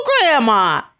Grandma